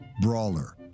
brawler